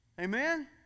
Amen